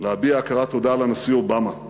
להביע הכרת תודה לנשיא אובמה,